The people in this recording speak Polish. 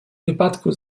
wypadku